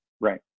right